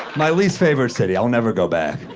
my least favorite city. i'll never go back.